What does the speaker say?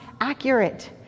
accurate